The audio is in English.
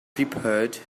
peppered